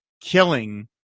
killing